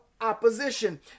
opposition